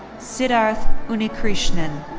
sidharth unnikrishnan.